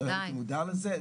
לא הייתי מודע לזה.